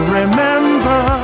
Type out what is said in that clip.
remember